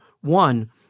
one –